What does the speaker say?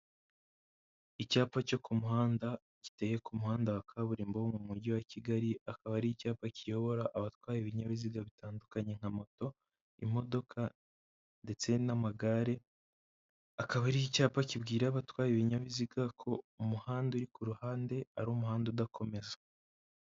Icyapa cyo ku muhanda giteye ku muhanda wa kaburimbo wo mu mujyi wa Kigali, akaba ari icyapa kiyobora abatwaye ibinyabiziga bitandukanye nka moto, imodoka ndetse n'amagare, akaba ari icyapa kibwira abatwaye ibinyabiziga ko umuhanda uri ku ruhande ari umuhanda udakomeza.